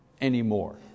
anymore